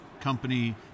company